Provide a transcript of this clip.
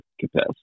capacity